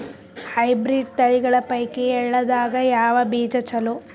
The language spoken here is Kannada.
ಹೈಬ್ರಿಡ್ ತಳಿಗಳ ಪೈಕಿ ಎಳ್ಳ ದಾಗ ಯಾವ ಬೀಜ ಚಲೋ?